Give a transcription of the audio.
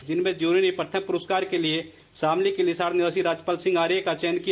जिनमें ज्यूरी ने प्रथम पुरस्कार के लिये शामली के लिसाढ़ निवासी राजपाल सिंह आर्य का चयन किया